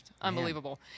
unbelievable